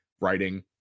writing